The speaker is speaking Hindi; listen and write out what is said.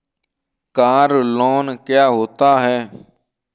कार लोन क्या होता है?